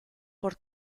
por